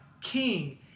king